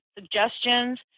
suggestions